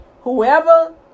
whoever